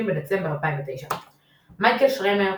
30 בדצמבר 2009 מייקל שרמר,